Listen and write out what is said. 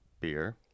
beer